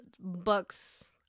books